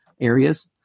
areas